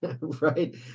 right